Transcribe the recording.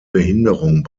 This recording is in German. behinderung